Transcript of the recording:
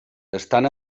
estan